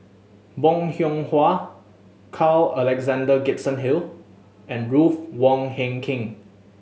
Bong Hiong Hwa Carl Alexander Gibson Hill and Ruth Wong Hie King